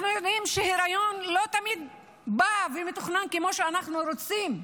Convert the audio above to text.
אנחנו יודעים שהיריון לא תמיד בא ומתוכנן כמו שאנחנו רוצים.